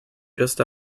just